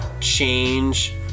Change